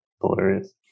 Hilarious